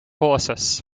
forces